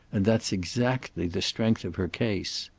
and that's exactly the strength of her case.